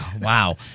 Wow